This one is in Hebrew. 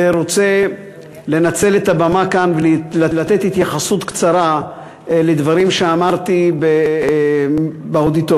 רוצה לנצל את הבמה כאן ולהתייחס בקצרה לדברים שאמרתי באודיטוריום.